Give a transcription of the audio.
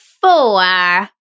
four